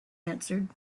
answered